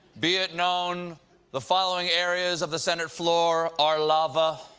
be it known the following areas of the senate floor ar lava.